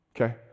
Okay